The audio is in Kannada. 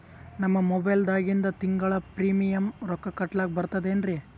ನಮ್ಮ ಮೊಬೈಲದಾಗಿಂದ ತಿಂಗಳ ಪ್ರೀಮಿಯಂ ರೊಕ್ಕ ಕಟ್ಲಕ್ಕ ಬರ್ತದೇನ್ರಿ?